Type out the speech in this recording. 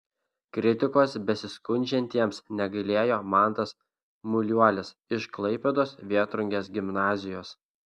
kritikos besiskundžiantiems negailėjo mantas muliuolis iš klaipėdos vėtrungės gimnazijos